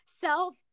self